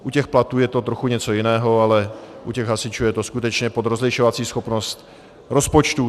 U těch platů je to trochu něco jiného, ale u těch hasičů je to skutečně pod rozlišovací schopnost rozpočtů.